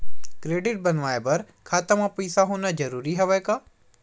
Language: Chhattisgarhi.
क्रेडिट बनवाय बर खाता म पईसा होना जरूरी हवय का?